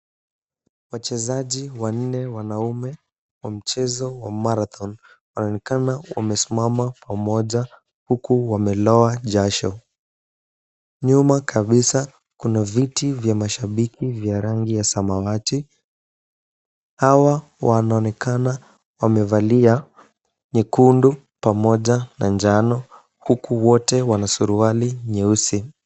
Wachezaji wanne wanaume wa mchezo wa marathon wanaonekana wamesimama pamoja huku wamelowa jasho. Nyuma kabisa kuna viti vya mashabiki vya rangi ya samawati. Hawa wanaonekana wamevalia nyekundu pamoja na njano huku wote wana suruali nyeusi.